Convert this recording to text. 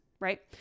Right